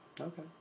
Okay